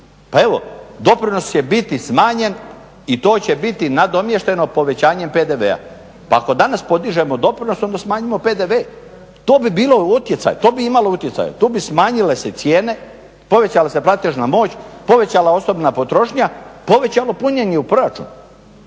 Pa evo doprinos će biti smanjen i to će biti nadomješteno povećanjem PDV-a. Pa ako danas podižemo doprinos onda smanjimo PDV, to bi bio utjecaj, to bi imalo utjecaja, tu bi smanjile se cijene, povećala se platežna moć, povećala osobna potrošnja, povećalo punjenje u proračun.